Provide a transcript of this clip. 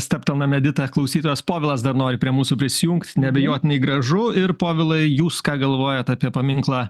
stabtelnam edita klausytojas povilas dar nori prie mūsų prisijungt neabejotinai gražu ir povilai jūs ką galvojat apie paminklą